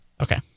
okay